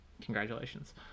Congratulations